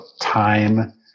time